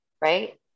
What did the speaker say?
right